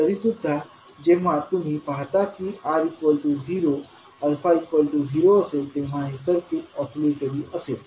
तरीसुद्धा जेव्हा तुम्ही पाहता की R0α0असेल तेव्हा हे सर्किट ऑसिलेटरी असेल